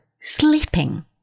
sleeping